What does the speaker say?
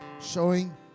showing